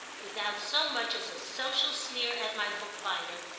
without so much as a sociable sneer at my bookbinder,